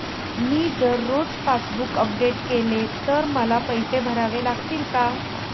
मी जर रोज passbook update केले तर मला पैसे भरावे लागतील का?